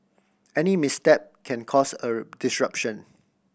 any misstep can cause a disruption